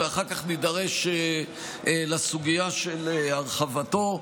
ואחר כך נידרש לסוגיה של הרחבתו.